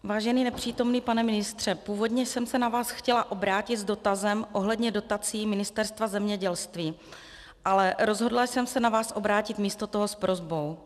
Vážený nepřítomný pane ministře, původně jsem se na vás chtěla obrátit s dotazem ohledně dotací Ministerstva zemědělství, ale rozhodla jsem se na vás obrátit místo toho s prosbou.